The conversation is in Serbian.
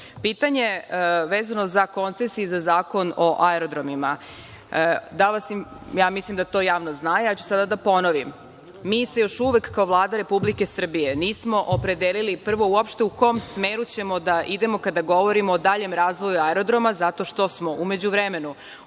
to. Pitanje vezano za koncesije i za Zakon o aerodromima. Mislim da to javnost zna, ja ću sada da ponovim, mi se još uvek, kao Vlada Republike Srbije, nismo opredelili prvo uopšte u kom smeru ćemo da idemo, kada govorio o daljem razvoju aerodroma, zato što smo u međuvremenu